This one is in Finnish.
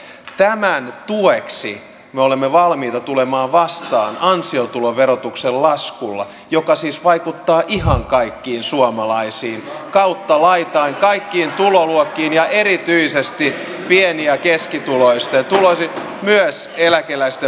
tämän tueksi me olemme valmiita tulemaan vastaan ansiotuloverotuksen laskulla joka siis vaikuttaa ihan kaikkiin suomalaisiin kautta laitain kaikkiin tuloluokkiin ja erityisesti pieni ja keskituloisiin myös eläkeläisten puolelle